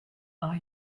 are